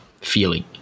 feeling